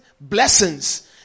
blessings